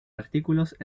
artículos